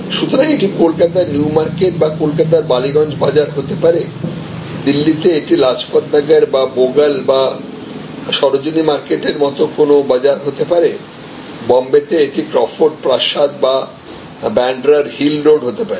সুতরাং এটি কলকাতার নিউ মার্কেট বা কলকাতার বালিগঞ্জ বাজার হতে পারেদিল্লিতে এটি লাজপত নগর বা বোগাল বা সরোজিনী মার্কেটের মত কোন বাজার হতে পারে বোম্বেতে এটি ক্রফোর্ড প্রাসাদ বা বান্দ্রার হিল রোড হতে পারে